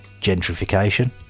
gentrification